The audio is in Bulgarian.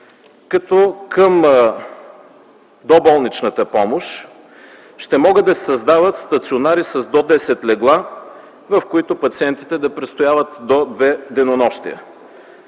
като към доболничната помощ ще могат да се създават стационари с до 10 легла, в които пациентите да престояват до две денонощия.